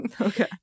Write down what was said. Okay